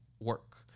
work